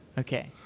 okay.